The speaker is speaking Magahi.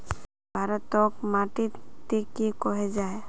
भारत तोत माटित टिक की कोहो जाहा?